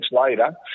later